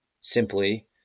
simply